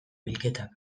bilketak